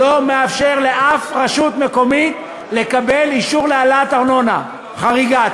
לא מאפשר לשום רשות מקומית לקבל אישור להעלאת ארנונה חריגה.